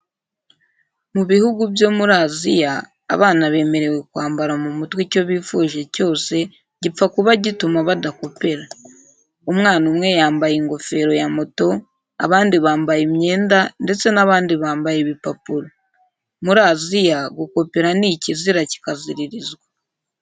Mu bihugu byo muri Aziya abana bemerewe kwambara mu mutwe icyo bifuje cyose gipfa kuba gituma badakopera. Umwana umwe yambaye ingofero ya moto, abandi bambaye imyenda ndetse n'abandi bambaye ibipapuro. Muri Aziya gukopera ni ikizira kikaziririzwa.